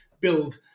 build